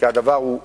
כי הדבר הוא הנחיה,